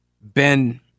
Ben